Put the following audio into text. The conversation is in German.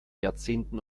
jahrzehnten